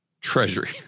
treasury